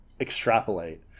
extrapolate